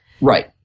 Right